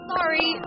Sorry